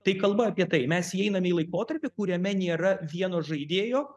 tai kalba apie tai mes įeinam į laikotarpį kuriame nėra vieno žaidėjo